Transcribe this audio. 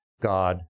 God